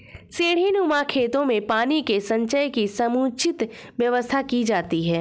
सीढ़ीनुमा खेतों में पानी के संचय की समुचित व्यवस्था की जाती है